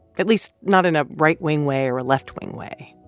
at least not in a right-wing way or a left-wing way.